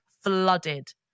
flooded